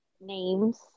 names